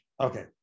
Okay